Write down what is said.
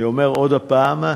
אני אומר עוד פעם: